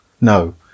no